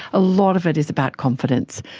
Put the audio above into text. a lot of it is about confidence.